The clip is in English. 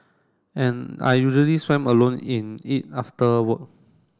and I usually swam alone in it after work